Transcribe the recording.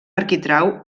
arquitrau